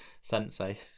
sensei